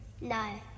No